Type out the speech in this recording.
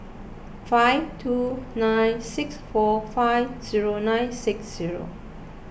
five two nine six four five zero nine six zero